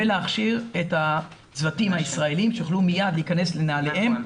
ולהכשיר את הצוותים הישראלים שיוכלו מייד להיכנס לנעליהם.